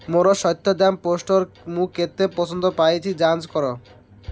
ମୋର ସଦ୍ୟତମ ପୋଷ୍ଟରେ ମୁଁ କେତେ ପସନ୍ଦ ପାଇଛି ଯାଞ୍ଚ କର